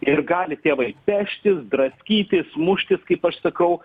ir gali tėvai peštis draskytis muštis kaip aš sakau